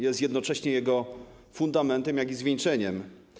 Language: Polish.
Jest jednocześnie jego fundamentem, jak i zwieńczeniem.